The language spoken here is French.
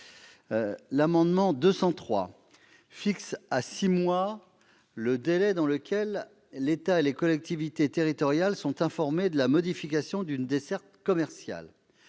vise à fixer à six mois le délai dans lequel l'État et les collectivités territoriales sont informés de la modification d'une desserte commerciale.